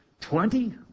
Twenty